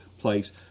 place